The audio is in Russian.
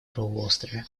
полуострове